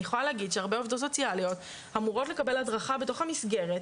אני יכולה להגיד שהרבה עובדות סוציאליות אמורות לקבל הדרכה בתוך המסגרת,